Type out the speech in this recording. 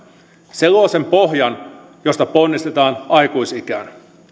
se luo sen pohjan jolta ponnistetaan aikuisikään